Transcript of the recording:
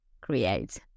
create